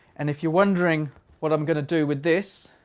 and if you're wondering what i'm going to do with this,